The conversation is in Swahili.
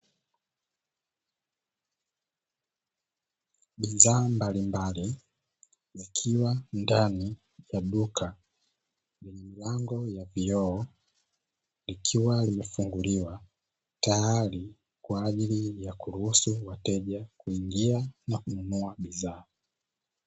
Bidhaa mbalimbali zikiwa ndani ya duka lenye milango ya vioo, likiwa limefunguliwa tayari kwa ajili ya kuruhusu wateja kuingia na kununua bidhaa.